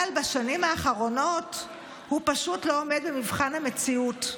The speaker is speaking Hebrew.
אבל בשנים האחרונות הוא פשוט לא עומד במבחן המציאות.